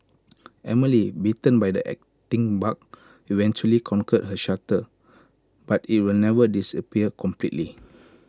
Emily bitten by the acting bug eventually conquered her stutter but IT will never disappear completely